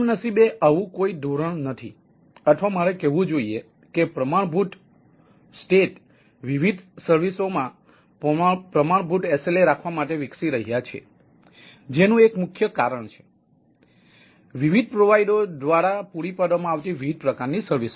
કમનસીબે આવું કોઈ ધોરણઓ દ્વારા પૂરી પાડવામાં આવતી વિવિધ પ્રકારની સર્વિસઓ